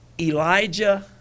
Elijah